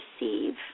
receive